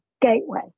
gateway